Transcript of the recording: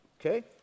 Okay